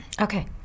Okay